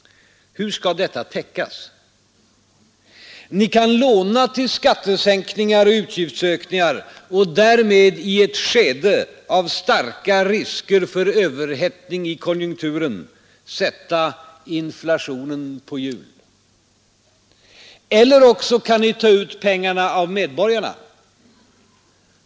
Hur skall detta täckas? Ni kan låna till skattesiö utgiftsökningar och därmed, i ett skede av starka risker för överhettning i konjunkturen, sätta inflationen på hjul, eller också kan ni ta ut pengarna av medborgarna.